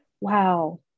Wow